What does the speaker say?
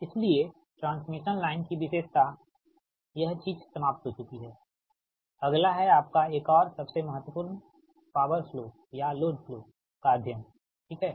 इसलिए transmission line की विशेषतायह चीज समाप्त हो चूँकि है अगला है आपका एक और सबसे महत्वपूर्ण पॉवर फ्लो या लोड फ्लो का अध्ययन ठीक है